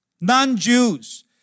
non-Jews